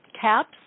caps